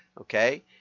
okay